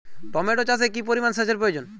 Tomato চাষে কি পরিমান সেচের প্রয়োজন?